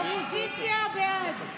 הסתייגות 924 לא